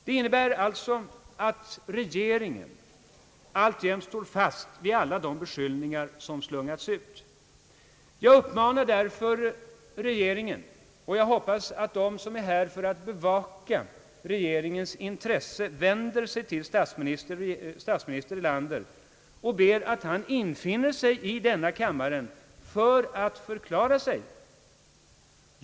Det innebär alltså att regeringen alltjämt står fast vid alla de beskyllningar som har slungats ut. Jag uppmanar därför regeringen att förklara sig, och jag hoppas att de som är här för att bevaka regeringens intressen vänder sig till statsminister Erlander och ber honom att infinna sig i denna kammare för att förklara sig.